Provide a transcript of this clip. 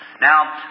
Now